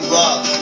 love